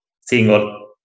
single